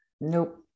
Nope